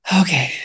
okay